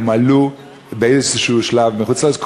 הם עלו באיזה שלב מחוץ-לארץ.